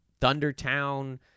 Thundertown